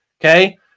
Okay